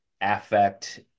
affect